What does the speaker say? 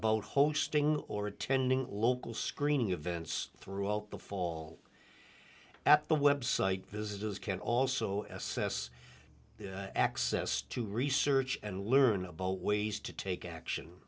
bout hosting or attending local screening events throughout the fall at the website visitors can also assess access to research and learn about ways to take action